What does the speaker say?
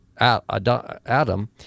Adam